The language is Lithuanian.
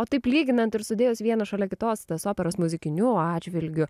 o taip lyginant ir sudėjus vieną šalia kitos tas operas muzikiniu atžvilgiu